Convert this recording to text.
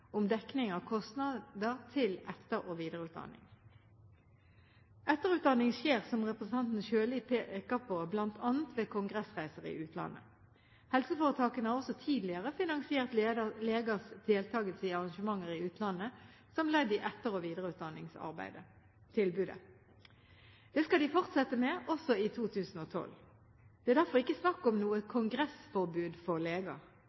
om dekning av kostnader til etter- og videreutdanning. Etterutdanning skjer, som representanten Sjøli peker på, bl.a. ved kongressreiser i utlandet. Helseforetakene har også tidligere finansiert legers deltakelse i arrangementer i utlandet, som ledd i etter- og videreutdanningstilbudet. Det skal de fortsette med også i 2012. Det er derfor ikke snakk om noe «kongressforbud» for